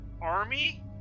army